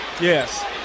Yes